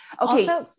Okay